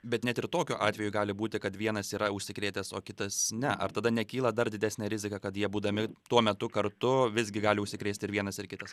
bet net ir tokiu atveju gali būti kad vienas yra užsikrėtęs o kitas ne ar tada nekyla dar didesnė rizika kad jie būdami tuo metu kartu visgi gali užsikrėsti ir vienas ir kitas